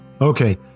Okay